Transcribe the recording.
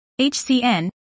HCN